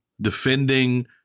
defending